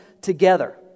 together